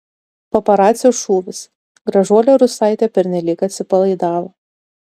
paparacio šūvis gražuolė rusaitė pernelyg atsipalaidavo